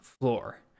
floor